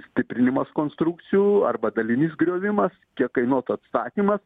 stiprinimas konstrukcijų arba dalinis griovimas kiek kainuotų atstatymas